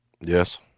yes